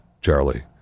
Charlie